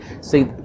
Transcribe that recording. See